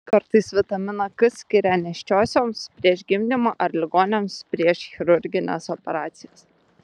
kartais vitaminą k skiria nėščiosioms prieš gimdymą ar ligoniams prieš chirurgines operacijas